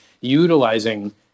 utilizing